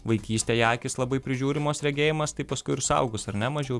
vaikystėje akys labai prižiūrimos regėjimas tai paskui ir suaugus ar ne mažiau